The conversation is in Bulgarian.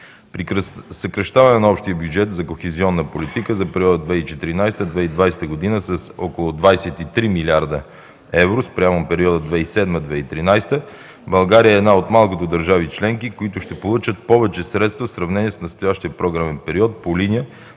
съкращаване на общия бюджет за кохезионна политика за периода 2014-2020 г. с около 23 млрд. евро спрямо периода 2007-2013 г., България е една от малкото държави членки, които ще получат повече средства в сравнение с настоящия програмен период по линия